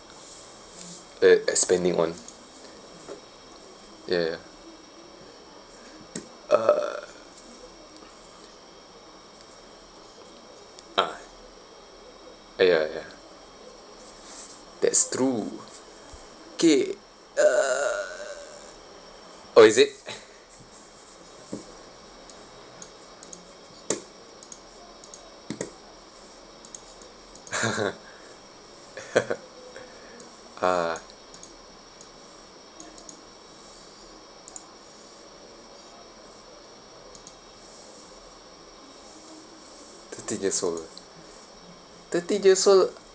uh is spending on ya uh I oh ya ya that's true kay uh oh is it a'ah thirteen years old thirteen years old